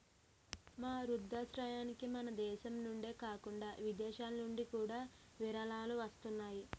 మా వృద్ధాశ్రమానికి మనదేశం నుండే కాకుండా విదేశాలనుండి కూడా విరాళాలు వస్తున్నాయి